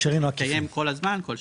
מתקיים כל הזמן כל שנה.